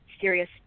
serious